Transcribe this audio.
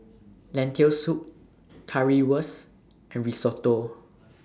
Lentil Soup Currywurst and Risotto